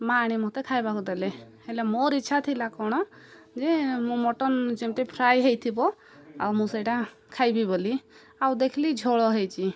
ମା' ଆଣି ମୋତେ ଖାଇବାକୁ ଦେଲେ ହେଲେ ମୋର ଇଚ୍ଛା ଥିଲା କ'ଣ ଯେ ମୁଁ ମଟନ ଯେମିତି ଫ୍ରାଏ ହେଇଥିବ ଆଉ ମୁଁ ସେଇଟା ଖାଇବି ବୋଲି ଆଉ ଦେଖିଲି ଝୋଳ ହେଇଛି